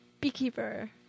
beekeeper